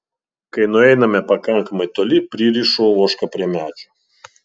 kai nueiname pakankamai toli pririšu ožką prie medžio